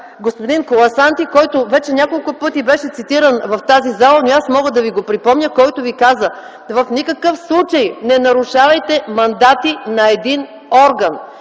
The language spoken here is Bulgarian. господин Коласанти, няколко пъти вече цитиран в тази зала, но мога да ви го припомня, казва: „В никакъв случай не нарушавайте мандати на един орган,